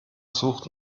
sucht